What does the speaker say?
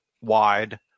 wide